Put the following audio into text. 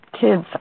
Kids